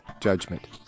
Judgment